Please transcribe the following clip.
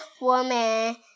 woman